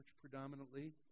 predominantly